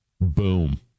Boom